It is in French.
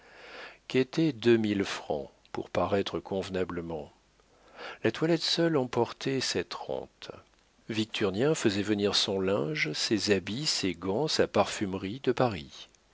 qu'étaient deux mille francs pour paraître convenablement la toilette seule emportait cette rente victurnien faisait venir son linge ses habits ses gants sa parfumerie de paris